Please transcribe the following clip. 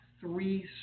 three